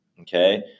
okay